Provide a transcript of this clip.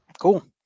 Cool